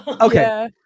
okay